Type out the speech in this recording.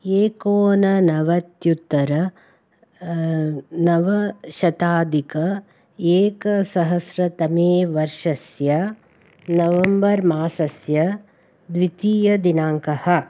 एकोननवत्युत्तर नवशताधिक एकसहस्रतमे वर्षस्य नवेम्बर् मासस्य द्वितीयदिनाङ्कः